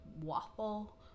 waffle